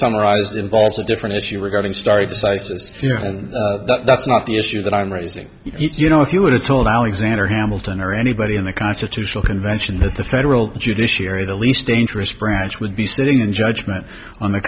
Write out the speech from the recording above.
summarized involves a different issue regarding starr decisis that's not the issue that i'm raising you know if you would have told alexander hamilton or anybody in the constitutional convention that the federal judiciary the least dangerous branch would be sitting in judgment on the